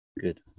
Good